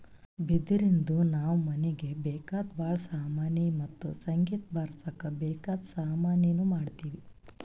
ಬಿದಿರಿನ್ದ ನಾವ್ ಮನೀಗ್ ಬೇಕಾದ್ ಭಾಳ್ ಸಾಮಾನಿ ಮತ್ತ್ ಸಂಗೀತ್ ಬಾರ್ಸಕ್ ಬೇಕಾದ್ ಸಾಮಾನಿನೂ ಮಾಡ್ತೀವಿ